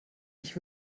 ich